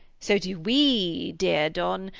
so do we, dear don.